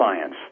science